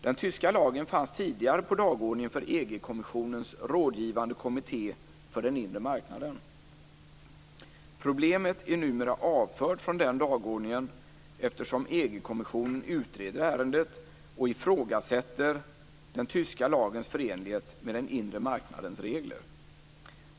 Den tyska lagen fanns tidigare på dagordningen för EG-kommissionens rådgivande kommitté för den inre marknaden. Problemet är numera avfört från den dagordningen eftersom EG-kommissionen utreder ärendet och ifrågasätter den tyska lagens förenlighet med den inre marknadens regler.